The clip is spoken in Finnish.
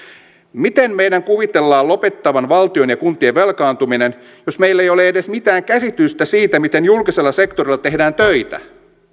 miten meidän kuvitellaan lopettavan valtion ja kuntien velkaantuminen jos meillä ei ole edes mitään käsitystä siitä miten julkisella sektorilla tehdään töitä